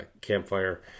Campfire